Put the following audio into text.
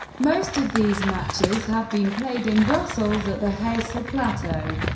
most of these matches have been played in brussels at the heysel plateau,